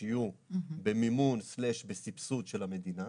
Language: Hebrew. שיהיו במימון/סבסוד של המדינה.